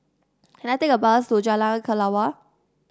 can I take a bus to Jalan Kelawar